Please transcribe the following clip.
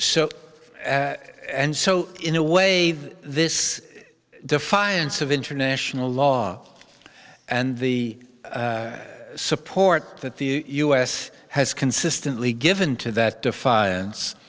so and so in a way this defiance of international law and the support that the u s has consistently given to that defiance